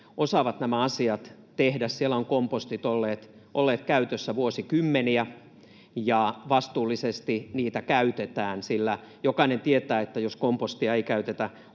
osaavat nämä asiat tehdä. Siellä ovat kompostit olleet käytössä vuosikymmeniä, ja vastuullisesti niitä käytetään, sillä jokainen tietää, että jos kompostia ei käytetä